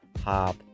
Hop